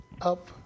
up